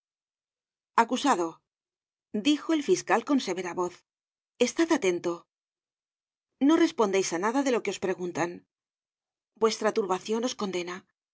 acusado dijo el fiscal con severa voz estad atento no respondeis á nada de lo que os preguntan vuestra turbacion os condena